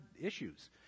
issues